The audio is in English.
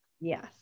Yes